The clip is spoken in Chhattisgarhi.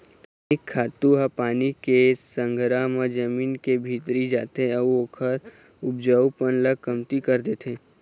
रसइनिक खातू ह पानी के संघरा म जमीन के भीतरी जाथे अउ ओखर उपजऊपन ल कमती कर देथे